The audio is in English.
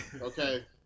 Okay